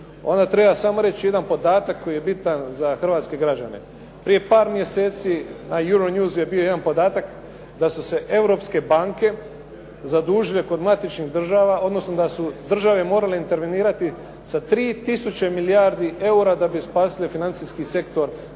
onda treba samo reći jedan podatak koji je bitan za hrvatske građane. Prije par mjeseci na Euro news je bio jedan podataka da su se europske banke zadužile kod matičnih država, odnosno da su države morale intervenirati sa 3 tisuće milijardi eura da bi spasile financijski sektor, da